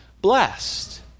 blessed